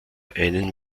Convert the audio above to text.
einen